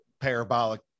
parabolic